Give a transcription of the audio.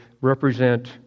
represent